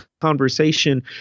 conversation